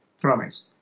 promise